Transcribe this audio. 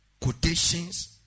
quotations